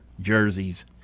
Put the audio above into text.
jerseys